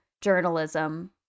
journalism